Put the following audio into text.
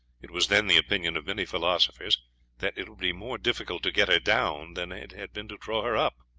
it was then the opinion of many philosophers that it would be more difficult to get her down then it had been to draw her up.